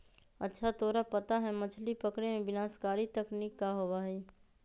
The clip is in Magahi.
अच्छा तोरा पता है मछ्ली पकड़े में विनाशकारी तकनीक का होबा हई?